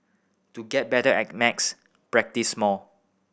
to get better at max practise more